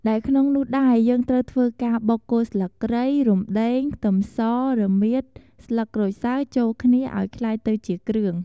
ដែលក្នុងនោះដែរ យើងត្រូវធ្វើការបុក គល់ស្លឹកគ្រៃ រំដេង ខ្ទឹមស រមៀត ស្លឹកក្រូចសើចចូលគ្នាអោយក្លាយទៅជាគ្រឿង។